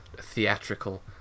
theatrical